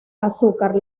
azúcar